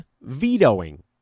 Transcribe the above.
vetoing